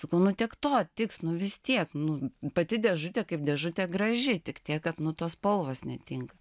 sakau nu tiek to tiks nu vis tiek nu pati dėžutė kaip dėžutė graži tik tiek kad nu tos spalvos netinka